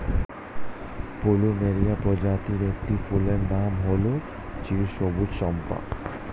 plumeria প্রজাতির একটি ফুলের নাম হল চিরসবুজ চম্পা